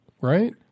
right